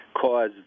caused